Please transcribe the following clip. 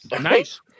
Nice